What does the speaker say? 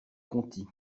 conti